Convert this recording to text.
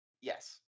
Yes